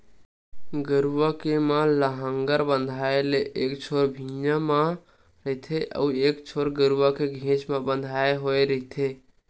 गरूवा के म लांहगर बंधाय ले एक छोर भिंयाँ म रहिथे अउ एक छोर गरूवा के घेंच म बंधाय होय रहिथे